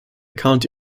county